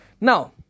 Now